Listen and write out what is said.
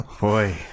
boy